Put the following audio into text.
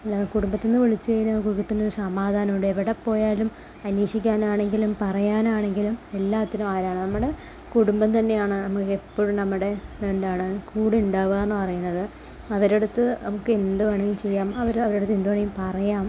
കുടുംബത്തിൽ നിന്ന് വിളിച്ചു കഴിഞ്ഞാൽ നമുക്ക് കിട്ടുന്നൊരു സമാധാനമുണ്ട് എവിടെപ്പോയാലും അന്വേഷിക്കാനാണെങ്കിലും പറയാനാണെങ്കിലും എല്ലാത്തിനും ആരാണ് നമ്മുടെ കുടുംബം തന്നെയാണ് നമുക്കെപ്പോഴും നമ്മുടെ എന്താണ് കൂടെ ഉണ്ടാവുകയെന്നു പറയുന്നത് അവരുടെ അടുത്ത് നമുക്ക് എന്തു വേണമെങ്കിലും ചെയ്യാം അവർ അവരുടെ അടുത്ത് എന്തു വേണമെങ്കിലും പറയാം